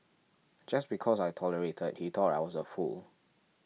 just because I tolerated he thought I was a fool